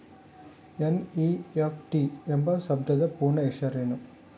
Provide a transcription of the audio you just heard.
NEFT ಎಂಬ ಶಬ್ದದ ಪೂರ್ಣ ಹೆಸರೇನು?